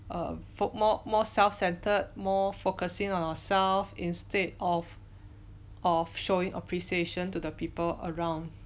err fo~ more more self centred more focusing on ourselves instead of of showing appreciation to the people around